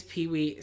Pee-wee